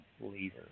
leader